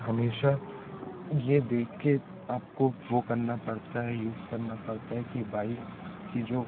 हमेशा ये देख के आपको वो करना पड़ता है यूज़ करना पड़ता है कि बाइक की जो